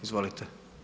Izvolite.